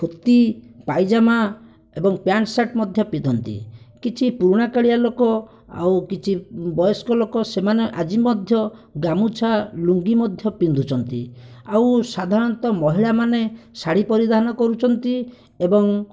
ଧୋତି ପାଇଜାମା ଏବଂ pant shirt ମଧ୍ୟ ପିନ୍ଧନ୍ତି କିଛି ପୁରୁଣା କାଳିଆ ଲୋକ ଆଉ କିଛି ବୟସ୍କ ଲୋକ ସେମାନେ ଆଜି ମଧ୍ୟ ଗାମୁଛା ଲୁଙ୍ଗି ମଧ୍ୟ ପିନ୍ଧୁଛନ୍ତି ଆଉ ସାଧାରଣତଃ ମହିଳାମାନେ ଶାଢ଼ୀ ପରିଧାନ କରୁଛନ୍ତି ଏବଂ